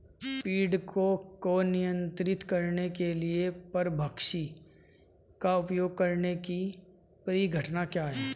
पीड़कों को नियंत्रित करने के लिए परभक्षी का उपयोग करने की परिघटना क्या है?